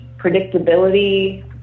predictability